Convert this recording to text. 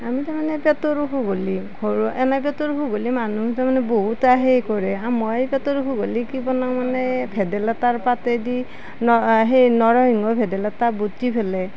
আমি তাৰ মানে পেটৰ অসুখ হ'লে ঘৰুৱা এনেকেটোৰ পেটৰ অসুখ হ'লে মানুহ তাৰ মানে বহুত আহে হেৰি কৰে আও মই পেটৰ অসুখ হ'লে কি বনাওঁ মানে ভেদাইলতাৰ পাতেদি ন সেই নৰসিংস ভেদাইলতা বতি পেলাই